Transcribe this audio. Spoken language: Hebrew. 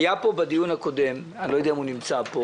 היה פה בדיון הקודם אני לא יודע אם הוא נמצא פה